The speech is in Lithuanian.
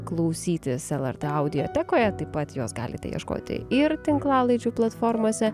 klausytis lrt radiotekoje taip pat jos galite ieškoti ir tinklalaidžių platformose